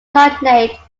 cognate